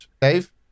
Dave